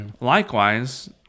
likewise